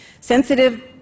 sensitive